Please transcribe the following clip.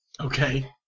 Okay